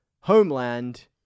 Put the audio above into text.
homeland